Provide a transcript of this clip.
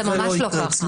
זה ממש לא ככה.